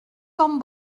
com